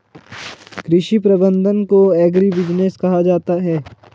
कृषि प्रबंधन को एग्रीबिजनेस कहा जाता है